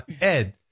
Ed